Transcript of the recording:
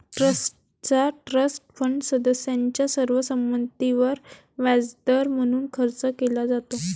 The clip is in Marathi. ट्रस्टचा ट्रस्ट फंड सदस्यांच्या सर्व संमतीवर व्याजदर म्हणून खर्च केला जातो